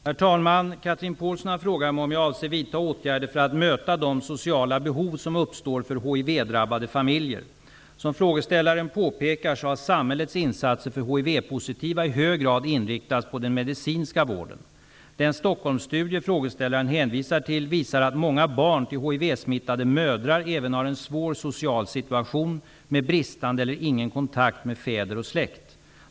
Herr talman! Chatrine Pålsson har frågat mig om jag avser vidta åtgärder för att möta de sociala behov som uppstår för hiv-drabbade familjer. Som frågeställaren påpekar har samhällets insatser för hiv-positiva i hög grad inriktats på den medicinska vården. Den Stockholmsstudie frågeställaren hänvisar till visar att många barn till hiv-smittade mödrar även har en svår social situation med bristande eller ingen kontakt med fäder och släkt.